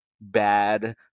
bad